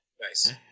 Nice